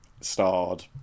starred